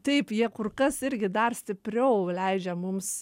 taip jie kur kas irgi dar stipriau leidžia mums